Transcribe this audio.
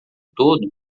todo